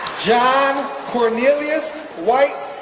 john cornelious white,